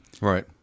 Right